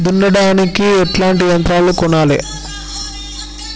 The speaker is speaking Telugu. దున్నడానికి ఎట్లాంటి యంత్రాలను కొనాలే?